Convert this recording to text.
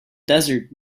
desert